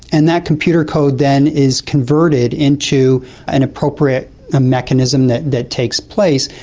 and that computer code then is converted into an appropriate ah mechanism that that takes place.